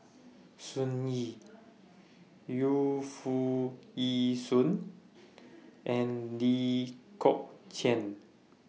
Sun Yee Yu Foo Yee Shoon and Lee Kong Chian